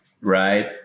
Right